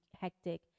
hectic